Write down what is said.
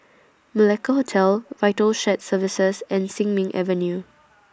Malacca Hotel Vital Shared Services and Sin Ming Avenue